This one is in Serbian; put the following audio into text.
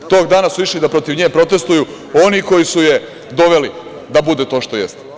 Tog dana su išli da protiv nje protestuju oni koji su je doveli da bude to što jeste.